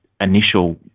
initial